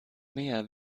mehr